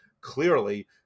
clearly